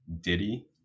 diddy